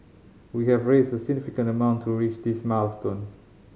we have raised a significant amount to reach this milestone